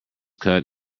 cut